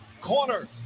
corner